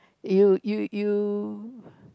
you you you